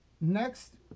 next